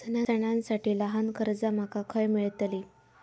सणांसाठी ल्हान कर्जा माका खय मेळतली?